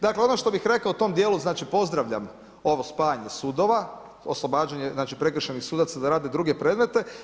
Dakle, ono što bih rekao u tom dijelu znači, pozdravljam ovo spajanje sudova, oslobađanje znači prekršajnih sudaca da rade druge predmete.